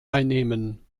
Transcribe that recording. einnehmen